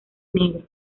negro